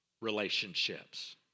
relationships